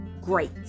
great